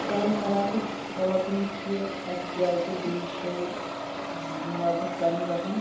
سانہِ علاقٕچ خواتیٖن چھِ اَکہِ جایہِ پٮ۪ٹھ بیٚیہِ جاے مُلازمَت کَرنہِ گژھان